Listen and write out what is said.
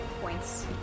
points